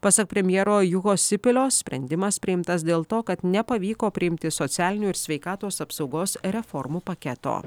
pasak premjero juhos sipilio sprendimas priimtas dėl to kad nepavyko priimti socialinių ir sveikatos apsaugos reformų paketo